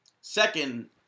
Second